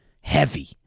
Heavy